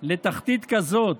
לתחתית כזאת,